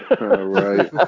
right